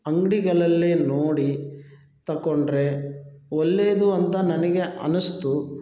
ಅಂಗ್ಡಿಗಳಲ್ಲಿ ನೋಡಿ ತಗೊಂಡ್ರೆ ಒಳ್ಳೇದು ಅಂತ ನನಗೆ ಅನ್ನಿಸ್ತು